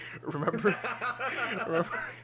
remember